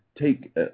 take